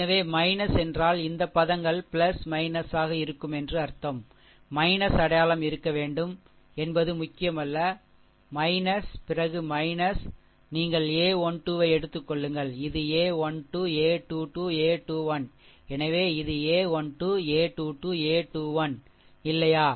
எனவே என்றால் இந்த பதங்கள் ஆக இருக்கும் என்று அர்த்தம் அடையாளம் இருக்க வேண்டும் என்பது முக்கியமல்ல பிறகு நீங்கள் a12 ஐ எடுத்துக் கொள்ளுங்கள் இது a 1 2 a 2 2 a 2 1 எனவே இது a 1 2 a 2 2 a 2 1 இல்லையா